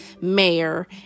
mayor